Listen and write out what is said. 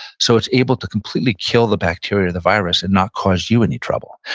so it's able to completely kill the bacteria or the virus and not cause you any trouble.